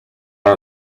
one